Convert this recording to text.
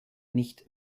nicht